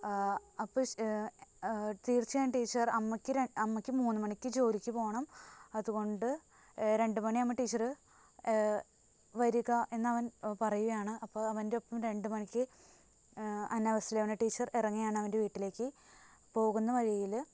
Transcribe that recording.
അപ്പോള് തീർച്ചയായും ടീച്ചർ അമ്മയ്ക്ക് മൂന്ന് മണിക്ക് ജോലിക്ക് പോകണം അതുകൊണ്ട് രണ്ട് മണിയാവുമ്പോള് ടീച്ചര് വരിക എന്നവൻ പറയുകയാണ് അപ്പോള് അവന്റെ ഒപ്പം രണ്ട് മണിക്ക് അന്നാവാസ്ലിവ്ന ടീച്ചർ ഇറങ്ങുകയാണ് അവൻ്റെ വീട്ടിലേക്ക് പോകുന്ന വഴിയില്